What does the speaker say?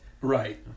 Right